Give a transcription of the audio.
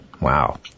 Wow